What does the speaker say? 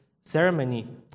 ceremony